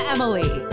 Emily